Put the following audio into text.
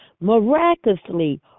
miraculously